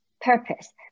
purpose